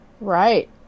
Right